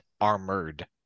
armored